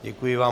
Děkuji vám.